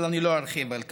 אבל אני לא ארחיב על כך.